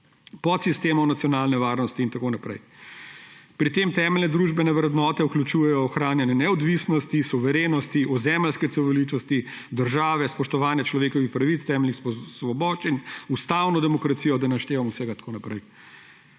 podsistemov nacionalne varnosti in tako naprej. Pri tem temeljne družbene vrednote vključujejo ohranjanje neodvisnosti, suverenosti, ozemeljske celovitosti države, spoštovanja človekovih pravic, temeljnih svoboščin, ustavno demokracijo … Da ne naštevam vsega in tako naprej.